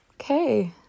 Okay